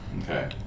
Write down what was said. Okay